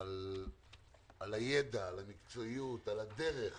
על הידע, על המקצועיות, על הדרך